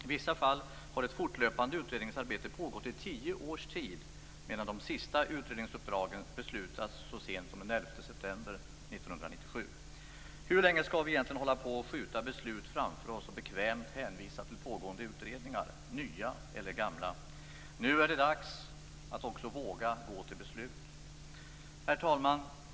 I vissa fall har ett fortlöpande utredningsarbete pågått i tio års tid, medan de sista utredningsuppdragen beslutats så sent som den 11 september 1997. Hur länge skall vi egentligen hålla på och skjuta beslut framför oss och bekvämt hänvisa till pågående utredningar, nya eller gamla? Nu är det dags att också våga gå till beslut. Herr talman!